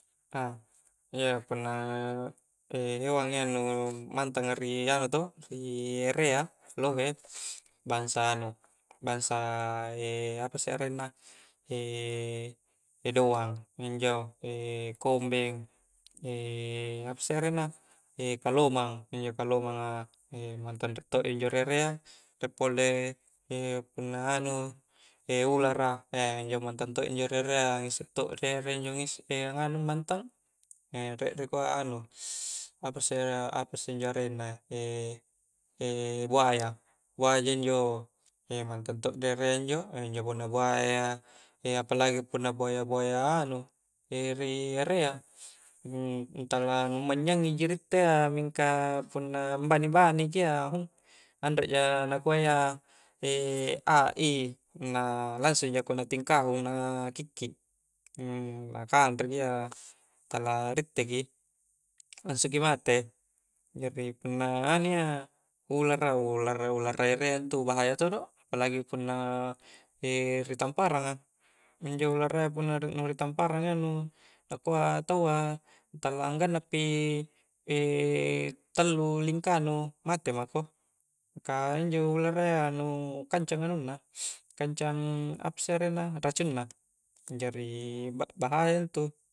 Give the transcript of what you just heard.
A iya punna hewanga iya nu mantanga ri anu to ri erea lohe bangsa anu-bangsa apasse arenna doang inj-njo kombeng apasse arenna kalomang, injo kalomanga mantang riek to i injo ri erea riek pole punna anu ulara injo mantang to injo ri erea ngisse to i ri ere injo a nganu mantang rike rikua anu apasse-apasse injo arenna e buaya buaja injo mantang to di erea injo injo punna buaya apalagi punna buaya-buaya anu ri erea ntalah nu mannyangi ji ri itte iya mingka punna ambani-bani ki iya hu anreja nakua iya a i punna langsung jako na tingkahung na kikki na kanre ki iya tala ri itteki langsungki mate jari punna anu iya ulara, ulara-ulara erea intu bahaya todo, apalagi punna ri tamparanga injo ulara iya punna nu ri tamparanga a iya nu nakua taua nu talang ganna pi tallu ingka nu mate mako, ka injo ularayya nu kancang anunna kancang apasse arenna racungna jari ba-bahaya intu